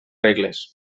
regles